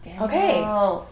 okay